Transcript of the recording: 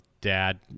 dad